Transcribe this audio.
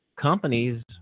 companies